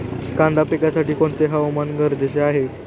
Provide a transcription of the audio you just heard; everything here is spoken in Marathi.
कांदा पिकासाठी कोणते हवामान गरजेचे आहे?